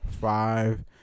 five